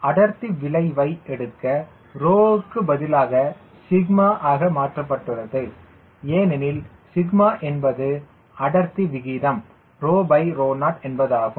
அடர்த்தி விளைவை எடுக்க ρ க்கு பதிலாக 𝜎 ஆக மாற்றப்பட்டுள்ளது ஏனெனில் சிக்மா என்பது அடர்த்தி விகிதம் ρρ0 என்பதாகும்